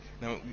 Now